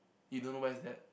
you don't know where is that